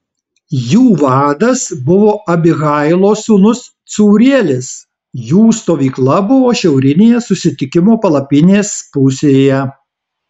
jų vadas buvo abihailo sūnus cūrielis jų stovykla buvo šiaurinėje susitikimo palapinės pusėje